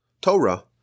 Torah